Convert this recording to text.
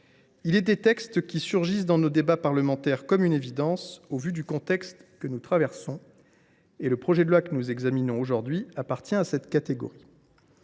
Il est des textes qui surgissent dans nos débats parlementaires comme une évidence au vu du contexte que nous traversons. Le projet de loi que nous examinons aujourd’hui appartient à cette catégorie.